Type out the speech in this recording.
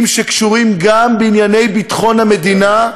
שקשורים גם בענייני ביטחון המדינה,